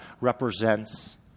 represents